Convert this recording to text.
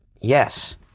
Yes